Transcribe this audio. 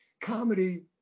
comedy